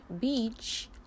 beach